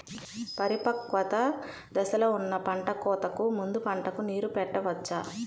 పరిపక్వత దశలో ఉన్న పంట కోతకు ముందు పంటకు నీరు పెట్టవచ్చా?